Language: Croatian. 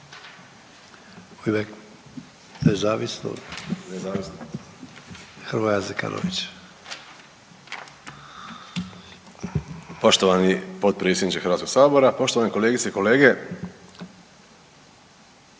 poštovani potpredsjedniče Hrvatskog sabora. Poštovana kolegice vi ste